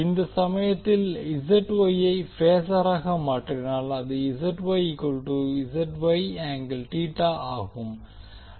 இந்த சமயத்தில் ஐ பேசாராக மாற்றினால் அது ஆகும்